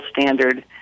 standard